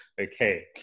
Okay